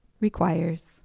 requires